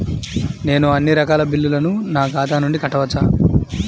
నేను అన్నీ రకాల బిల్లులను నా ఖాతా నుండి కట్టవచ్చా?